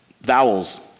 vowels